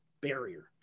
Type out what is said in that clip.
barrier